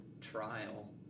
trial